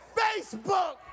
facebook